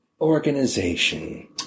organization